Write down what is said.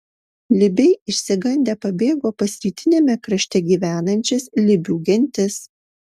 libiai išsigandę pabėgo pas rytiniame krašte gyvenančias libių gentis